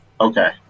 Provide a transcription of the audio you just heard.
Okay